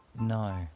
no